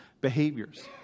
behaviors